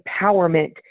empowerment